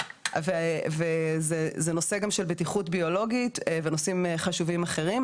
זה נושא של בטיחות ביולוגית ונושאים חשובים אחרים,